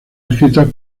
escritas